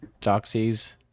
doxies